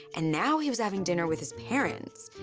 and now he was having dinner with his parents.